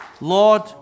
lord